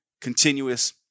continuous